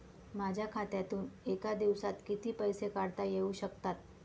माझ्या खात्यातून एका दिवसात किती पैसे काढता येऊ शकतात?